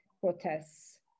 protests